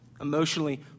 emotionally